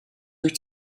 wyt